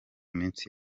minsi